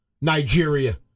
Nigeria